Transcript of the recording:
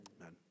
Amen